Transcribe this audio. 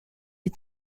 des